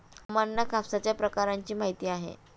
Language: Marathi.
अम्मांना कापसाच्या प्रकारांची माहिती आहे